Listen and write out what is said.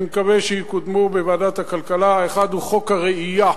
מקווה שיקודמו בוועדת הכלכלה: אחד הוא חוק הרעייה,